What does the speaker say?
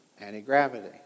anti-gravity